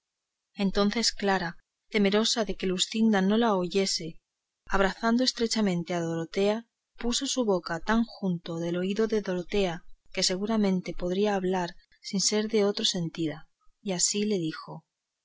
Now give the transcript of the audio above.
entonces clara temerosa de que luscinda no la oyese abrazando estrechamente a dorotea puso su boca tan junto del oído de dorotea que seguramente podía hablar sin ser de otro sentida y así le dijo